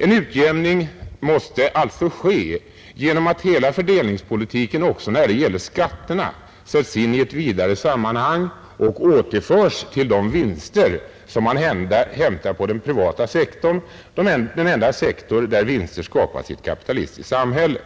En utjämning måste alltså ske genom att hela fördelningspolitiken också när det gäller skatterna sätts in i ett vidare sammanhang och återförs till de vinster som man hämtar inom den privata sektorn — den enda sektor där vinster skapas i ett kapitalistiskt samhälle.